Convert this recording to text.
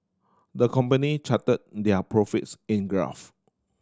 the company charted their profits in graph